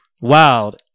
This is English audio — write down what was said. wild